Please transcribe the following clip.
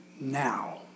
now